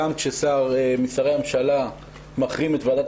גם כאשר שר משרי הממשלה מחרים את ועדת